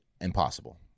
impossible